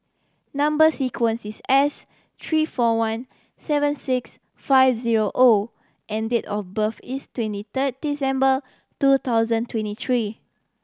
number sequence is S three four one seven six five zero O and date of birth is twenty third December two thousand twenty three